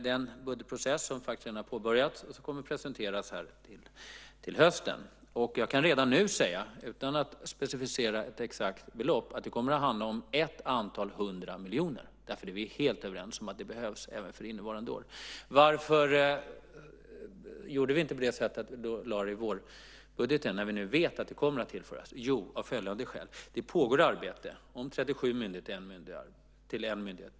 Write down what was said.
Den budgetprocess som faktiskt redan har påbörjats kommer att presenteras till hösten. Jag kan redan nu säga, utan att specificera ett exakt belopp, att det kommer att handla om ett antal hundra miljoner. Vi är helt överens om att de behövs även för innevarande år. Varför lades detta inte in i vårbudgeten när vi nu vet att pengarna kommer att tillföras? Jo, av följande skäl: Det pågår arbete med att göra flera myndigheter till en myndighet.